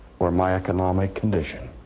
or my economic condition